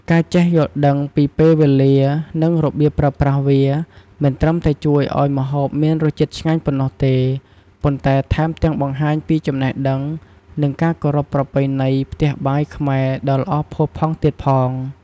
ការចេះយល់ដឹងពីពេលវេលា និងរបៀបប្រើប្រាស់វា មិនត្រឹមតែជួយឲ្យម្ហូបមានរសជាតិឆ្ងាញ់ប៉ុណ្ណោះទេ ប៉ុន្តែថែមទាំងបង្ហាញពីចំណេះដឹង និងការគោរពប្រពៃណីផ្ទះបាយខ្មែរដ៏ល្អផូរផង់ទៀតផង។